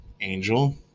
Angel